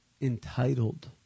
entitled